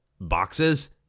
boxes